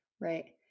right